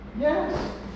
Yes